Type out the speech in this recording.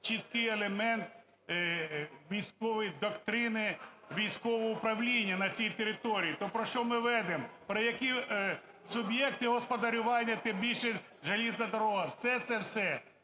чіткий елемент військової доктрини, військового управління на цій території. То про що ми ведемо, про які суб'єкти господарювання, тим більше залізна дорога, де це все?